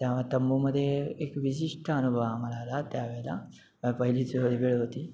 तेव्हा तंबूमध्ये एक विशिष्ट अनुभव आम्हाला आला त्या वेळेला पहिलीच वेळ वेळ होती